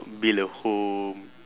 build a home